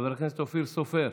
חבר הכנסת אופיר סופר,